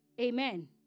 Amen